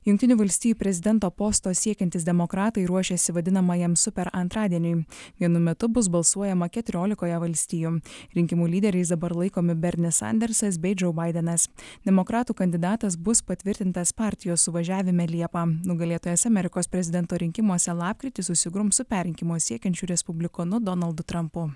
jungtinių valstijų prezidento posto siekiantys demokratai ruošiasi vadinamajam super antradieniui vienu metu bus balsuojama keturiolikoje valstijų rinkimų lyderiais dabar laikomi bernis sandersas bei džou baidenas demokratų kandidatas bus patvirtintas partijos suvažiavime liepą nugalėtojas amerikos prezidento rinkimuose lapkritį susigrums su perrinkimo siekiančiu respublikonu donaldu trampu